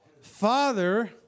Father